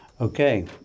Okay